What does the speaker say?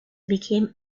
became